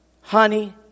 honey